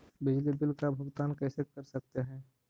बिजली बिल का भुगतान कैसे कर सकते है?